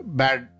bad